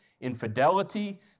infidelity